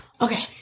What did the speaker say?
Okay